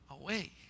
away